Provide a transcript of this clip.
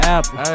Apple